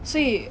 所以